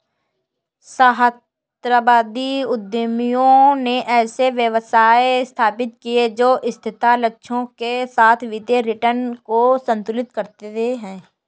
सहस्राब्दी उद्यमियों ने ऐसे व्यवसाय स्थापित किए जो स्थिरता लक्ष्यों के साथ वित्तीय रिटर्न को संतुलित करते हैं